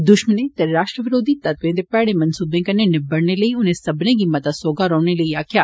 दुष्मनें ते राश्ट्र विरोधी तत्वें दे भेडे मनसूबें कन्नै निबड़ने लेई उनें सब्बनें गी मता सौह्गा रौहने लेई आक्खेआ